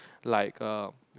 like err